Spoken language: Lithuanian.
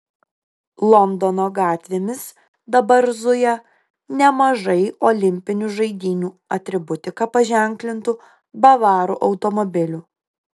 londono gatvėmis dabar zuja nemažai olimpinių žaidynių atributika paženklintų bavarų automobilių